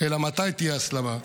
אלא מתי תהיה הסלמה,